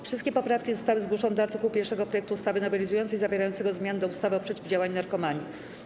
Wszystkie poprawki zostały zgłoszone do art. 1 projektu ustawy nowelizującej zawierającego zmiany do ustawy o przeciwdziałaniu narkomanii.